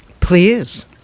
Please